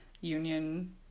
union